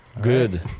Good